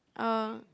uh